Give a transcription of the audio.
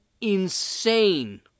insane